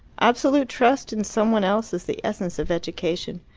absolute trust in some one else is the essence of education.